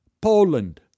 Poland